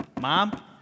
mom